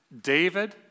David